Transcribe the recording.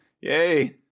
Yay